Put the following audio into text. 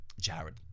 Jared